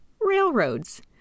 railroads